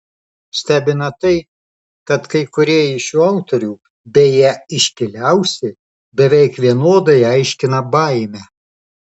stebina tai kad kai kurie iš šių autorių beje iškiliausi beveik vienodai aiškina baimę